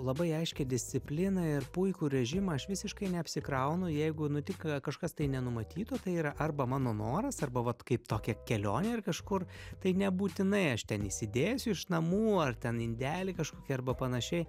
labai aiškią discipliną ir puikų režimą aš visiškai neapsikraunu jeigu nutinka kažkas tai nenumatyto tai yra arba mano noras arba vat kaip tokia kelionė ir kažkur tai nebūtinai aš ten įsidėsiu iš namų ar ten indelį kažkokį arba panašiai